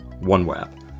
OneWeb